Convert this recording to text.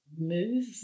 move